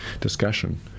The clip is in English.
discussion